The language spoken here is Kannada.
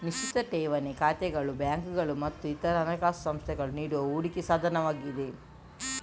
ನಿಶ್ಚಿತ ಠೇವಣಿ ಖಾತೆಗಳು ಬ್ಯಾಂಕುಗಳು ಮತ್ತು ಇತರ ಹಣಕಾಸು ಸಂಸ್ಥೆಗಳು ನೀಡುವ ಹೂಡಿಕೆ ಸಾಧನವಾಗಿದೆ